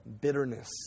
bitterness